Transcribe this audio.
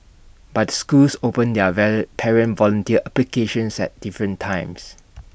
but the schools open their parent volunteer applications at different times